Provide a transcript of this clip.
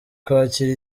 kwakira